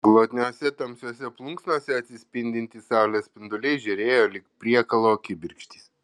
glotniose tamsiose plunksnose atsispindintys saulės spinduliai žėrėjo lyg priekalo kibirkštys